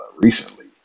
recently